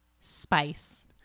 Spice